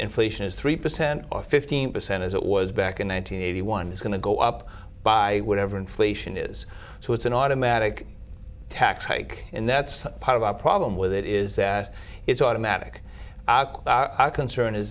inflation is three percent or fifteen percent as it was back in one thousand nine hundred one is going to go up by whatever inflation is so it's an automatic tax hike and that's part of our problem with it is that it's automatic our concern is